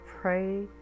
pray